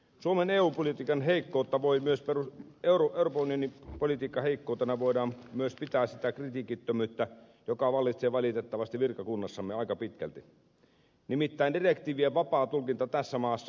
suomen eu politiikan heikko tavoitteista jorurpuneni politiikka ei heikkoutena voidaan myös pitää sitä kritiikittömyyttä joka vallitsee valitettavasti virkakunnassamme aika pitkälti nimittäin direktiivien vapaata tulkintaa tässä maassa